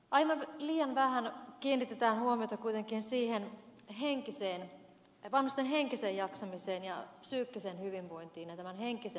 aivan liian vähän kiinnitetään huomiota kuitenkin siihen vanhusten henkiseen jaksamiseen ja psyykkiseen hyvinvointiin ja tämän henkisen puolen kuntouttamiseen